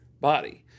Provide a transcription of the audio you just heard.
body